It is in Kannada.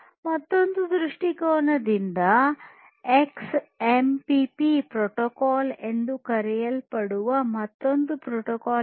ಮತ್ತೊಂದು ದೃಷ್ಟಿಕೋನದಿಂದ ಎಕ್ಸ್ಎಂಪಿಪಿ ಪ್ರೋಟೋಕಾಲ್ ಎಂದು ಕರೆಯಲ್ಪಡುವ ಮತ್ತೊಂದು ಪ್ರೋಟೋಕಾಲ್ ಇದೆ